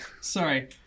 Sorry